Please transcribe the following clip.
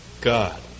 God